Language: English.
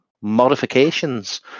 modifications